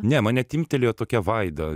ne mane timptelėjo tokia vaida